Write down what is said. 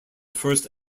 first